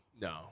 No